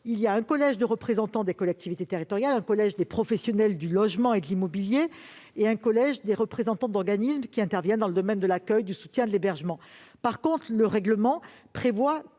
d'un collège des représentants des collectivités territoriales, d'un collège des représentants des professionnels du logement et de l'immobilier et d'un collège des représentants d'organismes qui interviennent dans le domaine de l'accueil, du soutien et de l'hébergement. Le règlement du